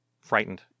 frightened